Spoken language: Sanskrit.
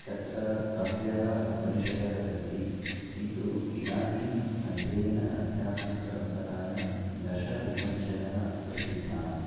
तत्र बह्व्यः उपनिषदः सन्ति किन्तु इदानीम् अध्ययन अध्यापनपरम्परायां दश उपनिषदः प्रसिद्धाः